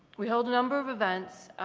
we hold a number of events,